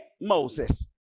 Moses